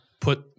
put